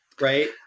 right